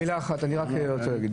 מילה אחת אני רק רוצה להגיד.